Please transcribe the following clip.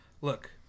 look